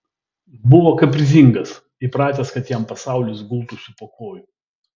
buvo kaprizingas įpratęs kad jam pasaulis gultųsi po kojų